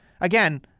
again